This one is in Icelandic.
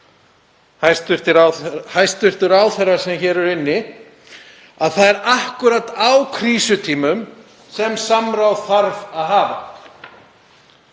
hæstv. ráðherrar sem hér eru inni, að það er akkúrat á krísutímum sem samráð þarf að hafa.